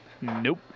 Nope